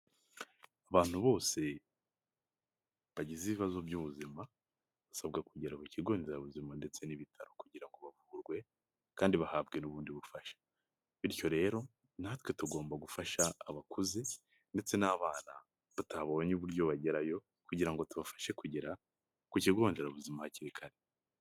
Abantu bose bagize ibibazo by'ubuzima basabwa kugera ku kigo nderabuzima ndetse n'ibitaro kugira ngo bavurwe kandi bahabwe n'ubundi bufasha, bityo rero natwe tugomba gufasha abakuze ndetse n'abana batabonye uburyo bagerayo kugira ngo tubafashe kugera ku kigo nderabuzima hakiri kare.